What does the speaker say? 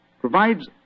provides